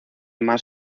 más